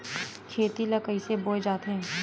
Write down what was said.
खेती ला कइसे बोय जाथे?